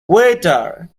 waiter